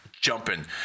jumping